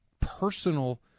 personal